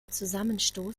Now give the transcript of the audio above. zusammenstoß